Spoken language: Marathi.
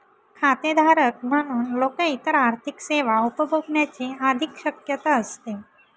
खातेधारक म्हणून लोक इतर आर्थिक सेवा उपभोगण्याची अधिक शक्यता असते